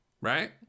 Right